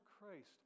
Christ